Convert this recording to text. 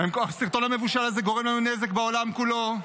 הסרטון המבושל הזה גורם לנו נזק בעולם כולו.